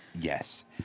Yes